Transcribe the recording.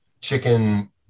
chicken